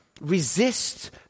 resist